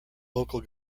local